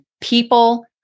people